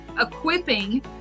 equipping